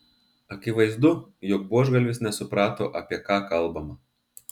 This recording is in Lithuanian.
akivaizdu jog buožgalvis nesuprato apie ką kalbama